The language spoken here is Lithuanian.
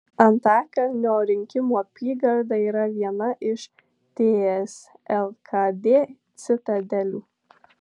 antakalnio rinkimų apygarda yra viena iš ts lkd citadelių